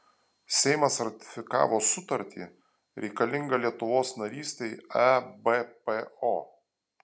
seimas ratifikavo sutartį reikalingą lietuvos narystei ebpo